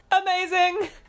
Amazing